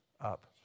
up